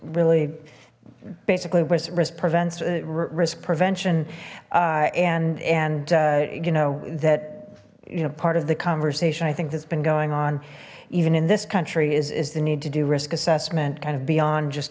really basically prevents risk prevention and and you know that you know part of the conversation i think that's been going on even in this country is is the need to do risk assessment kind of beyond just